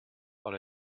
but